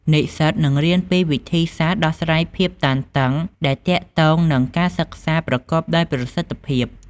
និស្សិតនឹងរៀនពីវិធីសាស្ត្រដោះស្រាយភាពតានតឹងដែលទាក់ទងនឹងការសិក្សាប្រកបដោយប្រសិទ្ធភាព។